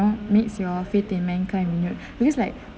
meets your faith in mankind because like